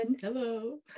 hello